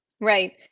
Right